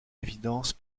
évidence